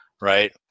right